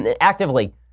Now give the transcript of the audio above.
actively